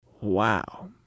wow